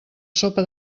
sopa